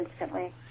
instantly